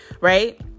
right